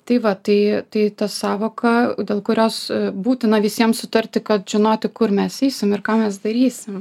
tai va tai tai ta sąvoka dėl kurios būtina visiems sutarti kad žinoti kur mes eisim ir ką mes darysim